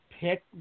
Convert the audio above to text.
pick